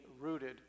rooted